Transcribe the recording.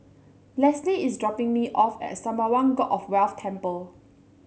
Lesly is dropping me off at Sembawang God of Wealth Temple